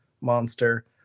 monster